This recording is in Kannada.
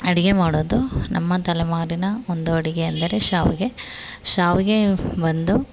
ಅಡುಗೆ ಮಾಡೋದು ನಮ್ಮ ತಲೆಮಾರಿನ ಒಂದು ಅಡುಗೆ ಅಂದರೆ ಶಾವಿಗೆ ಶಾವಿಗೆ ಬಂದು